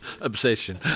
Obsession